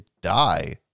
die